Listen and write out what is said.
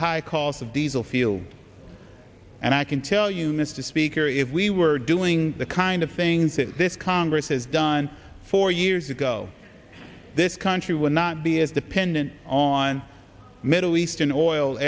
high cost of diesel feel and i can tell you mr speaker if we were doing the kind of things that this congress has done four years ago this country would not be as dependent on middle eastern oil